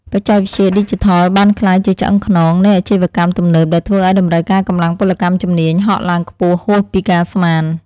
បច្ចេកវិទ្យាឌីជីថលបានក្លាយជាឆ្អឹងខ្នងនៃអាជីវកម្មទំនើបដែលធ្វើឱ្យតម្រូវការកម្លាំងពលកម្មជំនាញហក់ឡើងខ្ពស់ហួសពីការស្មាន។